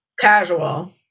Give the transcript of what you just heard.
Casual